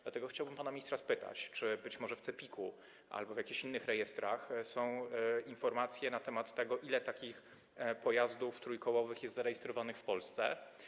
Dlatego chciałbym pana ministra spytać: Czy być może w CEPiK-u albo w jakichś innych rejestrach są informacje na temat tego, ile takich pojazdów trójkołowych jest zarejestrowanych w Polsce?